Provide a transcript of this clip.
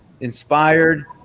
inspired